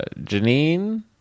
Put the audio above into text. Janine